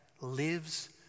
lives